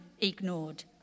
ignored